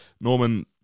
Norman